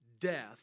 death